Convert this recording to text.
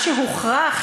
מה שהוכרע,